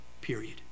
Period